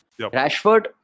Rashford